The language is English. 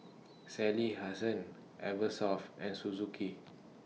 Sally Hansen Eversoft and Suzuki